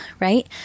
right